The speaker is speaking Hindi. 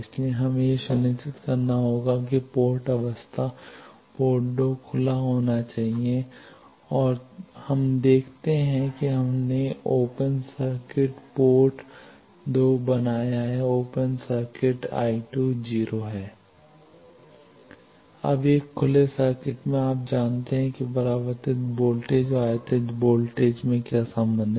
इसलिए हमें यह सुनिश्चित करना होगा कि पोर्ट अवस्था पोर्ट 2 को खुला होना चाहिए और फिर तो हम देखते हैं कि हमने ओपन सर्किट पोर्ट 2 बनाया है ओपन सर्किट I2 0 है अब एक खुले सर्किट में आप जानते हैं कि परावर्तित वोल्टेज और आयातित वोल्टेज में क्या संबंध है